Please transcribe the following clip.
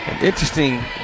interesting